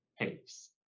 pace